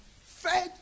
fed